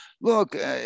Look